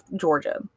Georgia